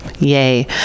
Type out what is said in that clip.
Yay